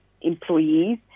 employees